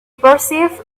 perceived